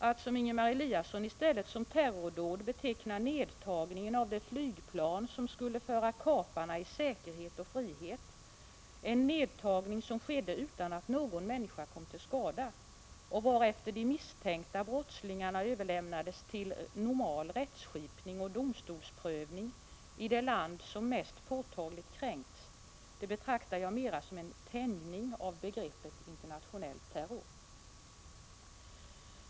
Att som Ingemar Eliasson i stället som terrordåd beteckna nedtagningen av det flygplan som skulle föra kaparna i säkerhet och frihet, en nedtagning som skedde utan att någon människa kom till skada och varefter de misstänkta brottslingarna överlämnades till normal rättskipning och domstolsprövning i det land som mest påtagligt kränkts, det betraktar jag mera som en tänjning av begreppet internationell terror.